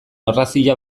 orrazia